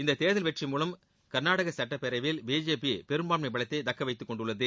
இந்த தேர்தல் வெற்றியின் மூலம் கர்நாடக சட்டப்பேரவையில் பிஜேபி பெரும்பான்மை பலத்தை தக்க வைத்துக் கொண்டுள்ளது